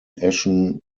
eschen